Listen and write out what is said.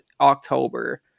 october